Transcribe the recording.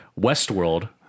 Westworld